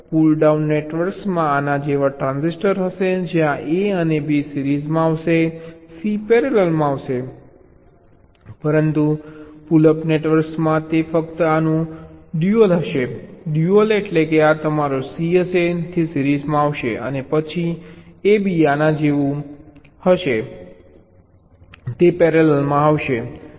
પુલ down નેટવર્ક્સમાં આના જેવા ટ્રાન્ઝિસ્ટર હશે જ્યાં a અને b સિરીઝમાં આવશે c પેરેલલમાં આવશે પરંતુ પુલ અપ નેટવર્ક્સમાં તે ફક્ત આનું ડ્યુઅલ હશે ડ્યુઅલ એટલે કે આ તમારું c હશે તે સિરીઝમાં આવશે અને પછી a b આના જેવું કંઈક પેરેલલ આવશે